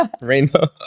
rainbow